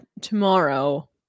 tomorrow